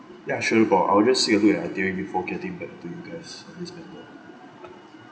ya sure but I will just see a bit of itinerary before getting back to you guys on this matter